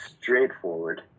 Straightforward